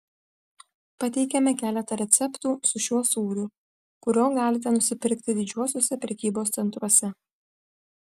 pateikiame keletą receptų su šiuo sūriu kurio galite nusipirkti didžiuosiuose prekybos centruose